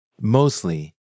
mostly